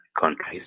countries